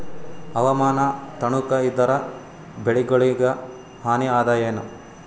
ಹವಾಮಾನ ತಣುಗ ಇದರ ಬೆಳೆಗೊಳಿಗ ಹಾನಿ ಅದಾಯೇನ?